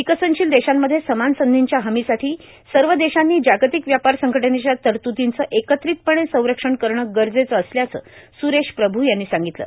विकसनशील देशांमध्ये समान संधींच्या हमीसाठी सर्व देशांनी जागतिक व्यापार संघटनेच्या तरतूदींचं एकत्रितपणे संरक्षण करणं गरजेचं असल्याचं सुरेश प्रभू यांनी सांगितलं